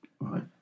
Right